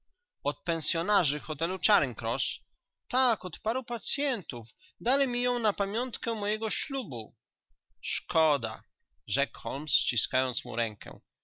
od pensyonarzy hotelu charing cross tak od paru pacyentów dali mi ją na pąmiątkę mojego ślubu szkoda rzekł holmes ściskając mu rękę